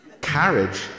carriage